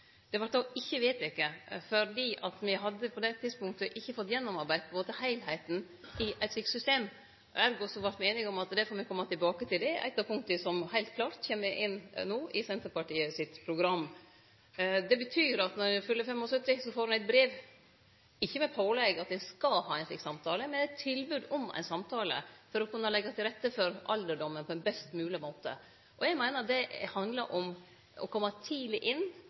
vart det ikkje vedteke, for på det tidspunktet hadde me ikkje fått gjennomarbeidd heilskapen i eit slikt system. Ergo vart me einige om at me fekk kome tilbake til det. Det er eit av dei punkta som heilt klart kjem inn i Senterpartiets program no. Det betyr at ein når ein fyller 75 år, får eit brev, ikkje med pålegg om at ein skal ha ein slik samtale, men eit tilbod om ein samtale for å kunne leggje til rette for alderdomen på ein best mogleg måte. Eg meiner at det handlar om å kome tidleg inn,